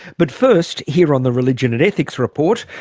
but first, here on the religion and ethics report,